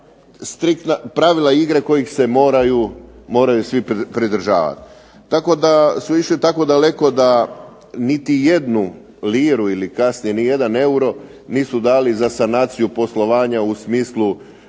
striktna pravila igre kojih se moraju svi pridržavati. Tako da su išli tako daleko da niti jednu liru, ili kasnije ni jedan euro, nisu dali za sanaciju poslovanja u smislu